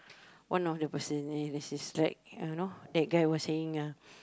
one of the person and this is like you know that guy was saying ah